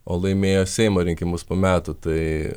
o laimėjo seimo rinkimus po metų tai